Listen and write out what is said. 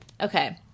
Okay